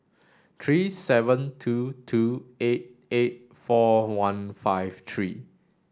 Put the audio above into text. three seven two two eight eight four one five three